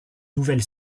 nouvelle